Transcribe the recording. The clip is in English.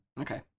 Okay